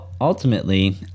Ultimately